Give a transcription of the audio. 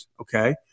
Okay